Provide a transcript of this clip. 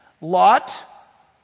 Lot